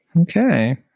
Okay